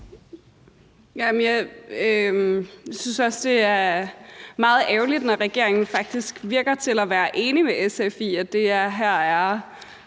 jeg synes også, det er meget ærgerligt, når regeringen faktisk lader til at være enig med SF i, at det er